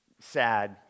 sad